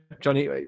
johnny